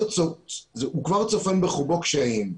הוא כבר צופן בחובו קשיים.